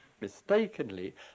mistakenly